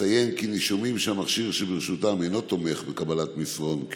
אציין כי נישומים שהמכשיר שברשותם אינו תומך בקבלת מסרון,